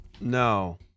no